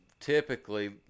typically